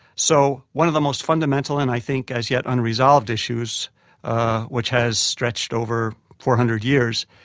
so one of the most fundamental and i think as yet unresolved issues which has stretched over four hundred years,